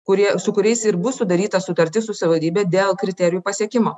kurie su kuriais ir bus sudaryta sutartis su savivaldybe dėl kriterijų pasiekimo